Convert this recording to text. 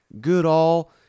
Goodall